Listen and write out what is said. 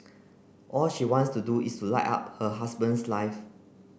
all she wants to do is to light up her husband's life